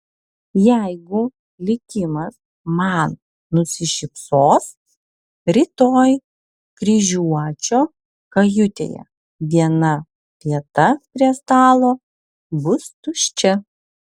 jeigu likimas man nusišypsos rytoj kryžiuočio kajutėje viena vieta prie stalo bus tuščia